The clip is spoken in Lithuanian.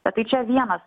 bet tai čia vienas